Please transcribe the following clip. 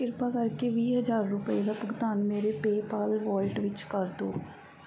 ਕਿਰਪਾ ਕਰਕੇ ਵੀਹ ਹਜ਼ਾਰ ਰੁਪਏ ਦਾ ਭੁਗਤਾਨ ਮੇਰੇ ਪੇਪਾਲ ਵੋਲਟ ਵਿੱਚ ਕਰ ਦੋ